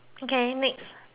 okay next